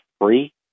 free